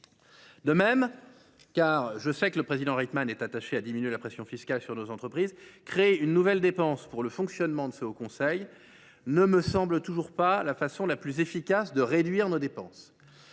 De même – je sais que le président Rietmann est attaché à la diminution de la pression fiscale sur nos entreprises –, créer une nouvelle dépense pour le fonctionnement de ce haut conseil ne semble pas être la façon la plus efficace de réduire nos dépenses.